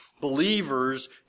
believers